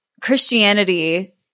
Christianity